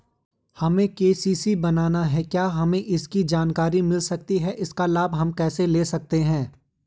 हमें के.सी.सी बनाना है क्या हमें इसकी जानकारी मिल सकती है इसका लाभ हम कैसे ले सकते हैं?